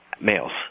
males